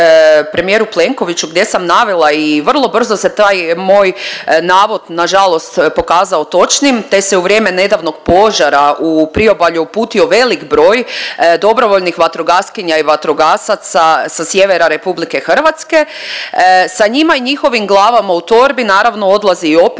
premijeru Plenkoviću gdje sam navela i vrlo brzo se taj moj navod nažalost pokazao točnim, te se u vrijeme nedavnog požara u priobalju uputio velik broj dobrovoljnih vatrogaskinja i vatrogasaca sa sjevera RH, sa njima i njihovim glavama u torbi naravno odlazi i oprema i